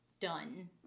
done